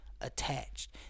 attached